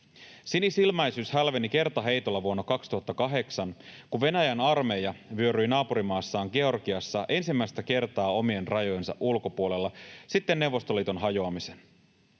Sinisilmäisyys hälveni kertaheitolla vuonna 2008, kun Venäjän armeija vyöryi naapurimaassaan Georgiassa ensimmäistä kertaa omien rajojensa ulkopuolelle sitten Neuvostoliiton hajoamisen.